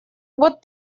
вот